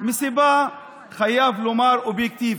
מסיבה אובייקטיבית,